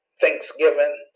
Thanksgiving